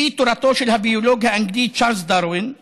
לפי תורתו של הביולוג האנגלי צ'רלס דרווין,